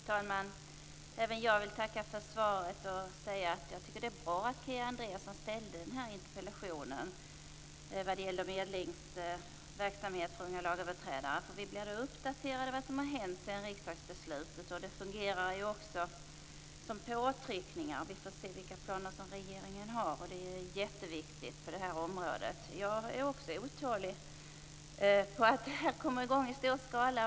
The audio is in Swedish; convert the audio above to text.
Fru talman! Även jag vill tacka för svaret. Jag vill också säga att jag tycker att det var bra att Kia Andreasson ställde den här interpellationen om medlingsverksamhet för unga lagöverträdare. Vi blir då uppdaterade i fråga om vad som har hänt sedan riksdagsbeslutet. Det fungerar också som en påtryckning. Vi får se vilka planer regeringen har på det här området, och det är jätteviktigt. Jag är också otålig när det gäller att detta skall komma i gång i stor skala.